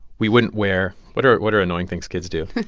we wouldn't wear what are what are annoying things kids do?